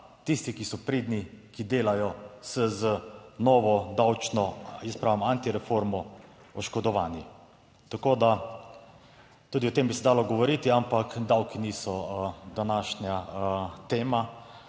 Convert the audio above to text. Tisti, ki so pridni, ki delajo, z novo davčno, jaz pravim, antireformo, oškodovani. Tako da tudi o tem bi se dalo govoriti, ampak davki niso današnja tema.